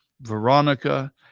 Veronica